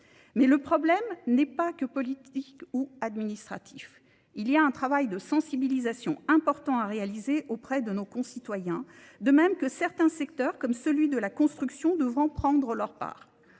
Mais le problème n'est pas que politique ou administratif. Il y a un travail de sensibilisation important à réaliser auprès de nos concitoyens, de même que certains secteurs comme celui de la construction devront prendre leur part.